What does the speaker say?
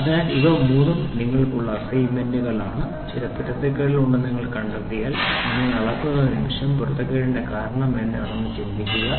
അതിനാൽ ഇവ മൂന്നും നിങ്ങൾക്കുള്ള അസൈൻമെന്റുകളാണ് ചില പൊരുത്തക്കേടുകൾ ഉണ്ടെന്ന് നിങ്ങൾ കണ്ടെത്തിയാൽ നിങ്ങൾ അളക്കുന്ന നിമിഷം പൊരുത്തക്കേടിന്റെ കാരണം എന്താണെന്ന് ചിന്തിക്കുക